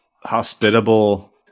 hospitable